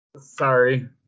Sorry